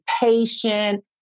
patient